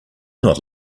not